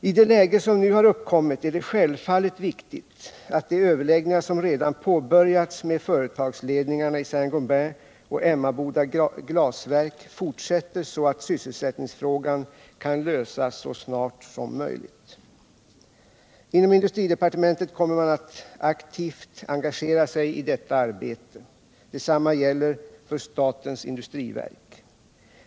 I det läge som nu har uppkommit är det självfallet viktigt att de överläggningar som redan påbörjats med företagsledningarna i Saint Gobain och Emmaboda Glasverk fortsätter så att sysselsättningsfrågan kan lösas så snart som möjligt. Inom industridepartementet kommer man att aktivt engagera sig i detta arbete. Detsamma gäller för statens industriverk.